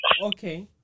Okay